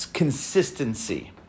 consistency